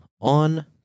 on